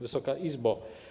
Wysoka Izbo!